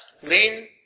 green